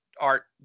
art